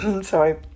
Sorry